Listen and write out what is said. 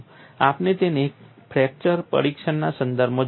આપણે તેને ફ્રેક્ચર પરીક્ષણના સંદર્ભમાં જોયું હતું